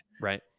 right